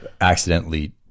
accidentally